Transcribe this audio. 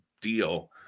deal